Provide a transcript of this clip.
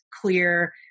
clear